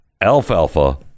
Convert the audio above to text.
alfalfa